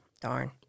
darn